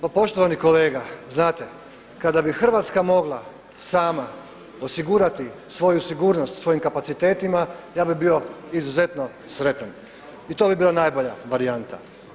Pa poštovani kolega, znate kada bi Hrvatska mogla sama osigurati svoju sigurnost svojim kapacitetima ja bih bio izuzetno sretan i to bi bila najbolja varijanta.